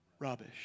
rubbish